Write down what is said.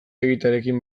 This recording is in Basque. egitearekin